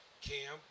Cam